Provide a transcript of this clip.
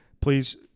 Please